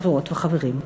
חברות וחברים,